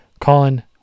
Colin –